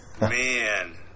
man